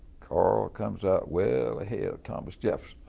carl comes up well ahead of thomas jefferson,